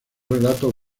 relatos